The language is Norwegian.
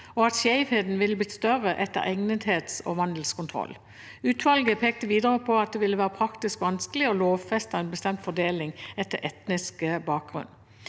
og at skjevheten ville blitt større etter egnethets- og vandelskontroll. Utvalget pekte videre på at det ville være praktisk vanskelig å lovfeste en bestemt fordeling etter etnisk bakgrunn.